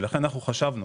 ולכן חשבנו